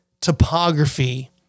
topography